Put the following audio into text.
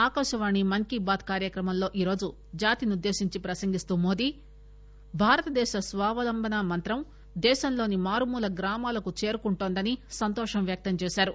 ఆకాశవాణిలో మన్ కీ బాత్ కార్యక్రమంలో ఈ రోజు జాతినుద్దేశించి ప్రసంగిస్తూ మోదీ భారతదేశ స్వావలంబన మంత్రం దేశంలోని మారుమూల గ్రామాలకు చేరుకుంటుంటోందని సంతోషం వ్యక్తం చేశారు